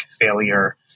failure